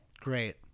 Great